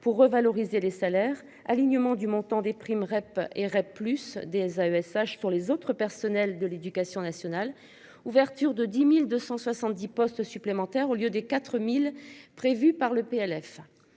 pour revaloriser les salaires alignement du montant des primes Rep et Rep plus des AESH pour les autres personnels de l'Éducation nationale, ouverture de 10.270 postes supplémentaires au lieu des 4000 prévues par le PLF.